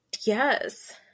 yes